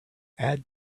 add